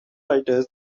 writers